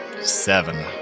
seven